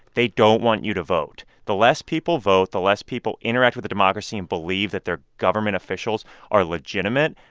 they don't want you to vote. the less people vote, the less people interact with democracy and believe that their government officials are legitimate,